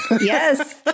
Yes